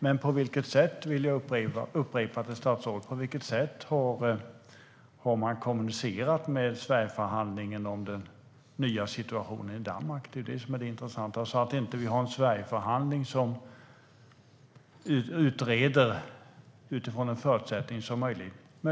Men på vilket sätt, vill jag upprepa, har man kommunicerat med Sverigeförhandlingen om den nya situationen i Danmark så att inte Sverigeförhandlingen utreder från en förutsättning som möjligen inte finns?